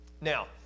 Now